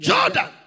Jordan